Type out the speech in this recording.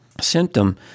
symptom